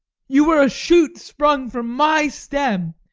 you were a shoot sprung from my stem,